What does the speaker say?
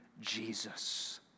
Jesus